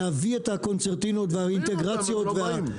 להביא את הקונצרנים והאינטגרציות.